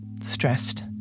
stressed